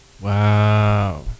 wow